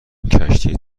کشتی